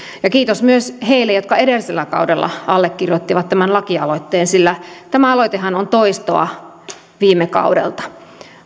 ja kiitos myös heille jotka edellisellä kaudella allekirjoittivat tämän lakialoitteen sillä tämä aloitehan on toistoa viime kaudelta